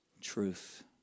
Truth